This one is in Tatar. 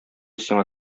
сиңа